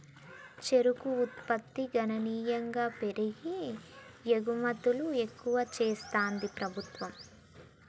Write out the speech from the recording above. చెరుకు ఉత్పత్తి గణనీయంగా పెరిగి ఎగుమతులు ఎక్కువ చెస్తాంది ప్రభుత్వం